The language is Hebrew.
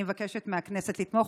אני מבקשת מהכנסת לתמוך,